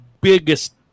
biggest